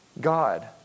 God